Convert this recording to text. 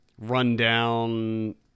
rundown